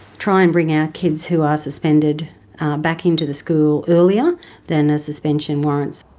try and bring our kids who are suspended back into the school earlier than a suspension warrants.